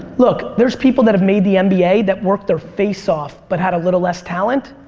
look, there's people that have made the and nba that worked their face off but had a little less talent.